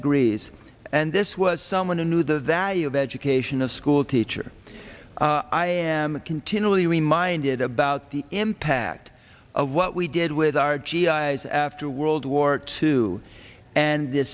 degrees and this was someone who knew the value of education a school teacher i am continually reminded about the impact of what we did with our g i s after world war two and